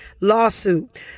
lawsuit